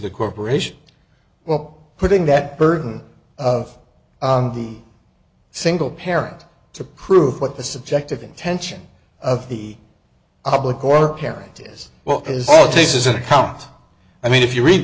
the corporation well putting that burden of the single parent to prove what the subjective intention of the public or parent is well is all it takes is an account i mean if you read